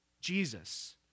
Jesus